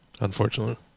unfortunately